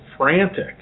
Frantic